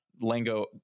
lingo